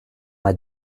m’a